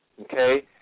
Okay